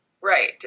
Right